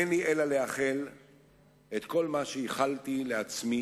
אין לי אלא לאחל את כל מה שאיחלתי לעצמי